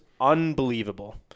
unbelievable